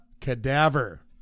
Cadaver